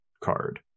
card